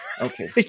Okay